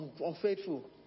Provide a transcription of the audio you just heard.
unfaithful